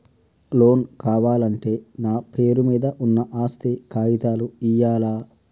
Loan కావాలంటే నా పేరు మీద ఉన్న ఆస్తి కాగితాలు ఇయ్యాలా?